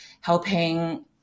helping